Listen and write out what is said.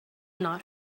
not